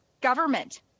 government